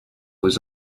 was